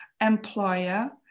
employer